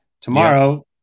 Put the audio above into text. Tomorrow